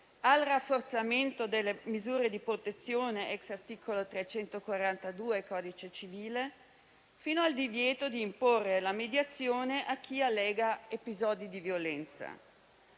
al rafforzamento delle misure di protezione, ex articolo 342 del codice civile, fino al divieto di imporre la mediazione a chi allega episodi di violenza.